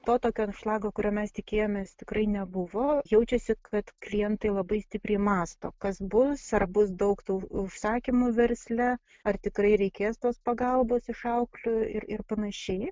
to tokio anšlago kurio mes tikėjomės tikrai nebuvo jaučiasi kad klientai labai stipriai mąsto kas bus ar bus daug tų užsakymų versle ar tikrai reikės tos pagalbos iš auklių ir ir panašiai